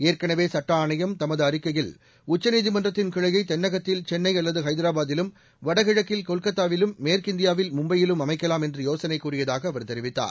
ஏற்களவே சட்ட ஆணையம் தனது அறிக்கையில் உச்சநீதிமன்றத்தின் கிளையை தென்னகத்தில் சென்னை அல்லது அஹைதராபாதிலும் வடகிழக்கில் கொல்கத்தாவிலும் மேற்கிந்தியாவில் மும்பையிலும் அமைக்கலாம் என்று யோசனை கூறியதாக அவர் தெரிவித்தார்